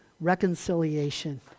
Reconciliation